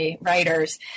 writers